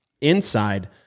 inside